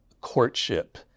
courtship